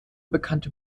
bekannte